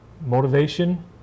motivation